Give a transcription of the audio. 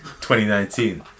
2019